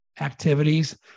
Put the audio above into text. activities